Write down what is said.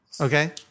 Okay